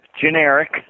generic